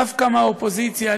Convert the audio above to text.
דווקא מהאופוזיציה,